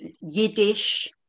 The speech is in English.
Yiddish